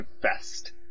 confessed